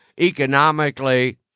economically